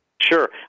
Sure